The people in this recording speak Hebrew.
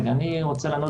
אני רוצה לענות בדיוק.